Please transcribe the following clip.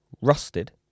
rusted